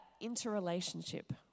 interrelationship